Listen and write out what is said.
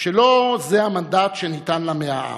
לא זה המנדט שניתן לה מהעם.